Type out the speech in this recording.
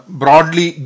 broadly